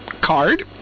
card